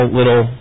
little